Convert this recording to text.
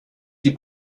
die